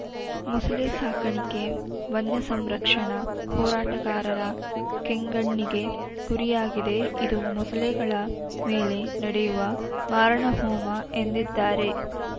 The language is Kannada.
ಮೊಸಳೆ ಸಾಕಾಣಿಕೆ ವನ್ಯಸಂರಕ್ಷಣಾ ಹೋರಾಟಗಾರರ ಕೆಂಗಣ್ಣಿಗೆ ಗುರಿಯಾಗಿದೆ ಇದು ಮೊಸಳೆಗಳ ಮೇಲೆ ನಡೆಯುವ ಮಾರಣಹೋಮ ಎಂದಿದ್ದಾರೆ